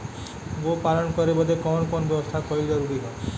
गोपालन करे बदे कवन कवन व्यवस्था कइल जरूरी ह?